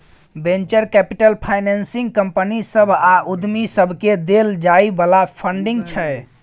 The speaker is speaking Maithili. बेंचर कैपिटल फाइनेसिंग कंपनी सभ आ उद्यमी सबकेँ देल जाइ बला फंडिंग छै